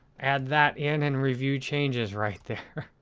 add that in and review changes right there.